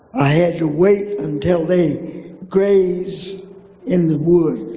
i had to wait until they grazed in the wood